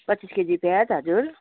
पच्चिस केजी प्याज हजुर